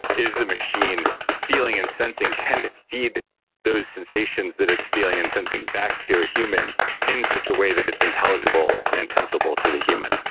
is the machine feeling and sensing? can it feed those sensations that it's feeling and sensing back to a human in such a way that it's intelligible and sensible to the human?